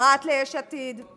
פרט ליש עתיד.